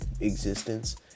existence